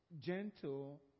gentle